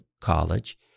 college